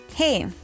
Hey